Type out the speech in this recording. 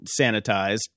sanitized